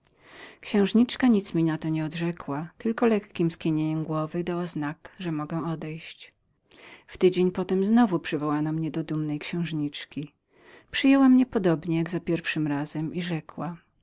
księżniczka nic mi na to nie odrzekła tylko lekkiem skinieniem głowy dała znak że mogłem odejść w tydzień potem znowu przywołano mnie do dumnej księżniczki przyjęła mnie podobnie jak za pierwszym razem i rzekła